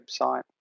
website